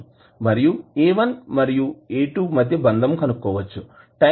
మరియు A1 మరియు A2 మధ్య బంధం కనుక్కోవచ్చు